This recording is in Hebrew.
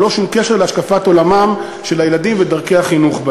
ללא שום קשר להשקפת עולמם של הילדים ודרכי החינוך.